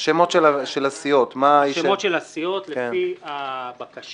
השמות של הסיעות, לפי הבקשה.